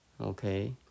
Okay